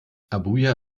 abuja